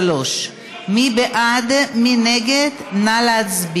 ג'מאל זחאלקה,